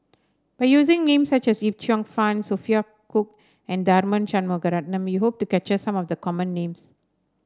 by using names such as Yip Cheong Fun Sophia Cooke and Tharman Shanmugaratnam we hope to capture some of the common names